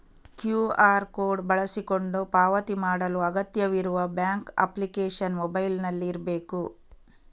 QR code ಬಳಸಿಕೊಂಡು ಪಾವತಿ ಮಾಡಲು ಅಗತ್ಯವಿರುವ ಬ್ಯಾಂಕ್ ಅಪ್ಲಿಕೇಶನ್ ಮೊಬೈಲಿನಲ್ಲಿ ಇರ್ಬೇಕು